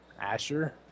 Asher